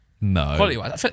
No